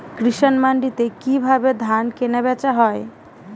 কৃষান মান্ডিতে কি ভাবে ধান কেনাবেচা হয়?